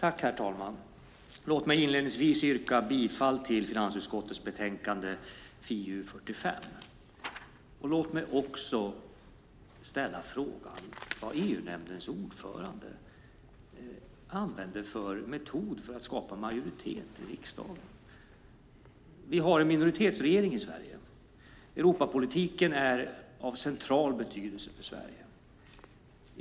Herr talman! Låt mig inledningsvis yrka bifall till finansutskottets förslag i betänkande FiU45. Låt mig också ställa frågan vad EU-nämndens ordförande använder för metoder för att skapa majoritet i riksdagen. Vi har en minoritetsregering i Sverige. Europapolitiken är av central betydelse för Sverige.